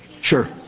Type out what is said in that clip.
Sure